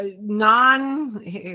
non